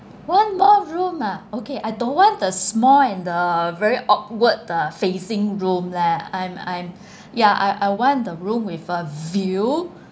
one bathroom ah okay I don't want the small and the very awkward facing room leh I'm I'm ya I I want the room with a view